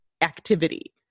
activity